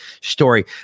story